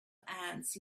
ants